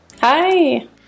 Hi